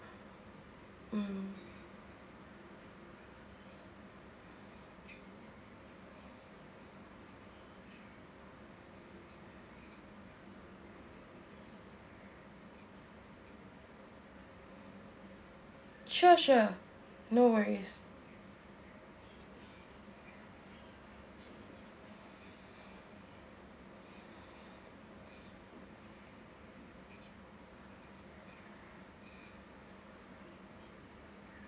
mm sure sure no worries